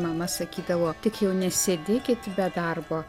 mama sakydavo tik jau nesėdėkit be darbo